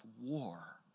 war